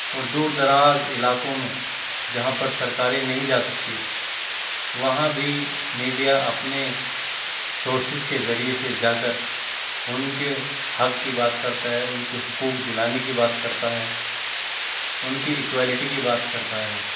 اور دور دراز علاقوں میں جہاں پر سرکاریں نہیں جا سکتی وہاں بھی میڈیا اپنے سورسیز کے ذریعے سے جا کر ان کے حق کی بات کرتا ہے ان کے حقوق دلانے کی بات کرتا ہے ان کی اکولیٹی کی بات کرتا ہے